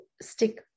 stick